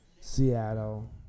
Seattle